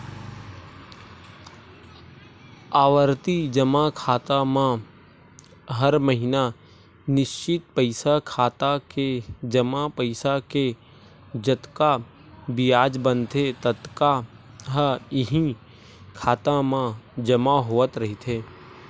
आवरती जमा खाता म हर महिना निस्चित पइसा खाता के जमा पइसा के जतका बियाज बनथे ततका ह इहीं खाता म जमा होवत रहिथे